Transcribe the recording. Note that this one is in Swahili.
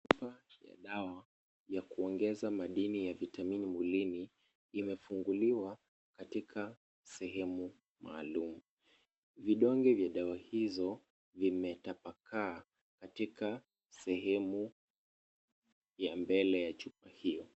Chupa ya dawa ya kuongeza madini ya vitamini mwilini. Imefunguliwa katika sehemu maalum . Vidonge vya dawa hizo , vimetapakaa katika sehemu ya mbele ya chupa hiyo.